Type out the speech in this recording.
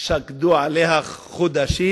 שהם שקדו עליה חודשים?